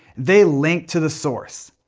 they linked to the source.